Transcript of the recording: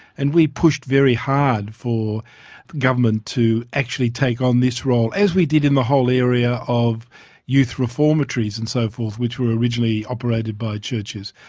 and we pushed very hard for the government to actually take on this role as we did in the whole area of youth reformatories and so forth, which were originally operated by churches.